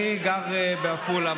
אני גר בעפולה,